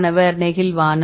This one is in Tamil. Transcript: மாணவர் நெகிழ்வான